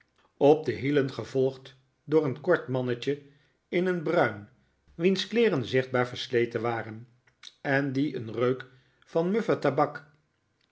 op de hielen gevolgd door een kort mannetje in het bruin wiens kleeren zichtbaar versleten waren en die een reuk van muffe tabak